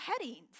headings